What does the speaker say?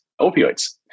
opioids